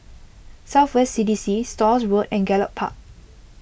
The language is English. South West C D C Stores Road and Gallop Park